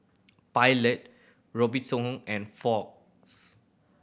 Pilot Robitussin and Fox